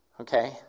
okay